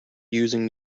using